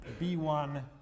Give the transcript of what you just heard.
B1